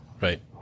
Right